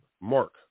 mark